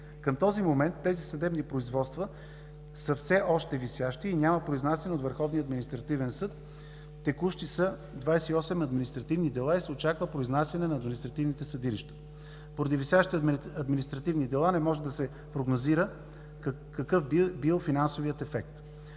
Към този момент тези съдебни производства са все още висящи и няма произнасяне от Върховния административен съд. Текущи са 28 административни дела и се очаква произнасяне на административните съдилища. Поради висящи административни дела не може да се прогнозира какъв би бил финансовият ефект.